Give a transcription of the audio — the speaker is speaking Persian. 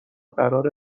قراره